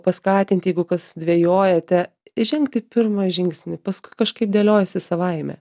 paskatinti jeigu kas dvejojate žengti pirmą žingsnį paskui kažkaip dėliojasi savaime